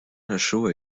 lachaud